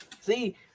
See